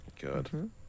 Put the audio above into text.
Good